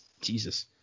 Jesus